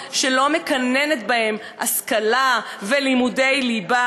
שלא מקננת בהם השכלה ולא לימודי ליבה?